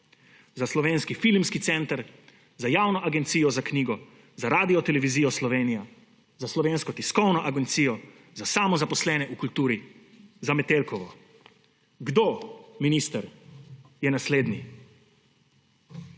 za Slovenski filmski center, za Javno agencijo za knjigo, za Radiotelevizijo Slovenijo, za Slovensko tiskovno agencijo, za samozaposlene v kulturi, za Metelkovo. Kdo, minister, je naslednji?